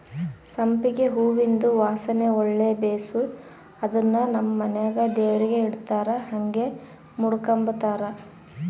ಸಂಪಿಗೆ ಹೂವಿಂದು ವಾಸನೆ ಒಳ್ಳೆ ಬೇಸು ಅದುನ್ನು ನಮ್ ಮನೆಗ ದೇವರಿಗೆ ಇಡತ್ತಾರ ಹಂಗೆ ಮುಡುಕಂಬತಾರ